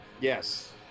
Yes